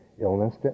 illness